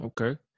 Okay